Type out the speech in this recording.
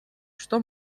что